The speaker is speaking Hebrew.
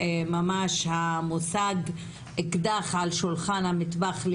המושג "אקדח על שולחן המטבח",